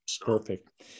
perfect